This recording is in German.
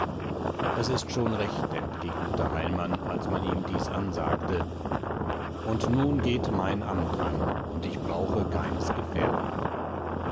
es ist schon recht entgegnete heilmann als man ihm dieses ansagte und nun geht mein amt an und ich brauche keines gefährten